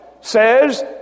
says